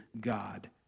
God